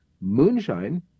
moonshine